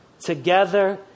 Together